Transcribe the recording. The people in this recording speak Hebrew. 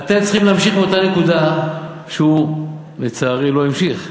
אתם צריכים להמשיך מאותה נקודה שהוא לצערי לא המשיך בה.